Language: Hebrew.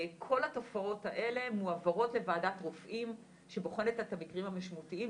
כל התופעות האלה מועברות לוועדת רופאים שבוחנת את המקרים המשמעותיים,